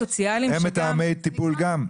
מתאמי טיפול גם.